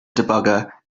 debugger